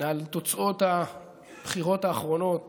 על תוצאות הבחירות האחרונות